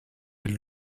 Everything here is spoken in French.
elle